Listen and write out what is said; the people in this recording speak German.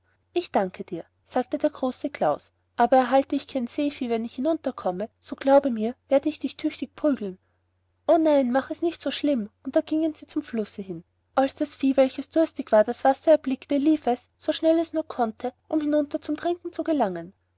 ich danke dir sagte der große klaus aber erhalte ich kein seevieh wenn ich hinunterkomme so glaube mir werde ich dich tüchtig prügeln o nein mache es nicht so schlimm und da gingen sie zum flusse hin als das vieh welches durstig war das wasser erblickte lief es so schnell als es nur konnte um hinunter zum trinken zu gelangen